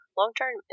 Long-term